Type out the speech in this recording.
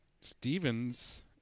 Stevens